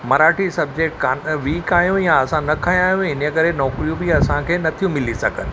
Marathi subject कोन weak आहियूं या असां न खयां आहियूं इन करे नौकिरियूं बि असांखे नथियूं मिली सघनि